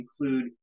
include